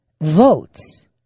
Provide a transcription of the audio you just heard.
votes